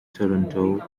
toronto